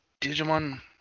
digimon